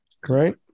Great